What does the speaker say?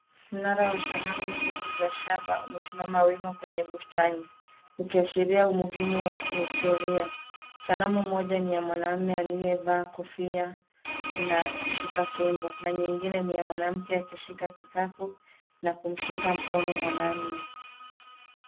Mnara wa sanamu mbili za shaba umesimama wima kwenye bustani, ukiashiria umuhimu wa kihistoria. Sanamu moja ni ya mwanaumu aliye vaa kofia na kushika fimbo na nyingine ni ya mwanamke akishika kikapu na kumshika mkono mwanaume.